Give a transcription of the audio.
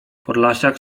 podlasiak